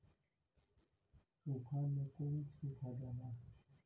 सूखा में कुल सुखा जाला